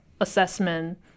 assessment